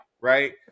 right